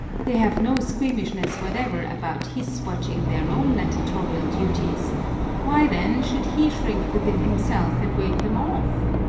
they have no squeamishness whatever about his watching their own natatorial duties why, then, should he shrink within himself and wave them off?